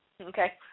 Okay